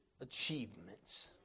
achievements